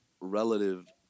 relative